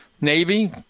navy